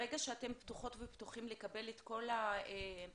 ברגע שאתם פתוחים ופתוחות לקבל את פניות